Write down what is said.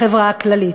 בחברה הכללית,